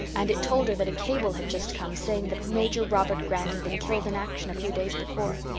and it told her that a cable had just come saying that major robert grant had been killed in action a few days before.